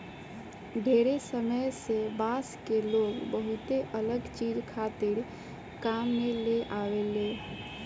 ढेरे समय से बांस के लोग बहुते अलग चीज खातिर काम में लेआवेला